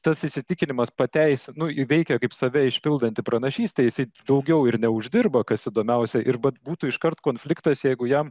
tas įsitikinimas pateisino nu veikia kaip save išpildanti pranašystė jisai daugiau ir neuždirba kas įdomiausia ir vat būtų iškart konfliktas jeigu jam